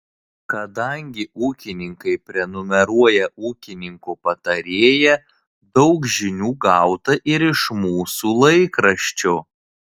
kadangi ūkininkai prenumeruoja ūkininko patarėją daug žinių gauta ir iš mūsų laikraščio